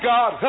God